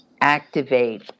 activate